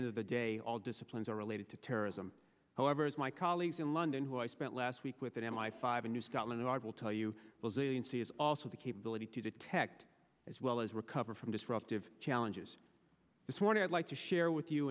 end of the day all disciplines are related to terrorism however as my colleagues in london who i spent last week with an m i five in new scotland yard will tell you those agencies also the capability to detect as well as recover from disruptive challenges this morning i'd like to share with you